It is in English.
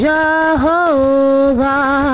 Jehovah